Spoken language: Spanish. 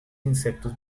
insectos